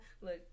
look